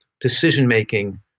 decision-making